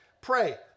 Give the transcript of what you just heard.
Pray